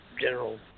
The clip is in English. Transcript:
general